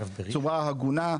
בצורה הגונה.